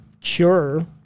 cure